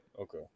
Okay